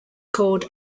called